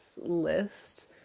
list